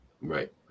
Right